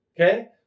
Okay